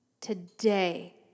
Today